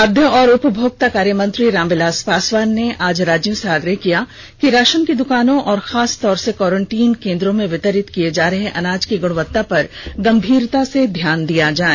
खाद्य और उपभोक्ता कार्य मंत्री राम विलास पासवान ने आज राज्यों से आग्रह किया कि राशन की दुकानों और खासतौर से क्वानरेंटीन केंद्रों में वितरित किए जा रहे अनाज की गुणवत्ता पर गंभीरता से ध्यान दिया जाए